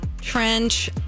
Trench